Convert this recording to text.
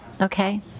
Okay